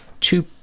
two